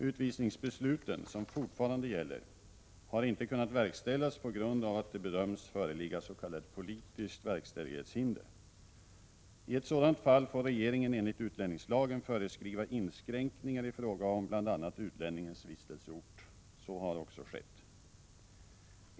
Utvisningsbesluten, som fortfarande gäller, har inte kunnat verkställas på grund av att det bedöms föreligga s.k. politiskt verkställighetshinder. I ett sådant fall får regeringen enligt utlänningslagen föreskriva inskränkningar i fråga om bl.a. utlänningens vistelseort. Så har också skett.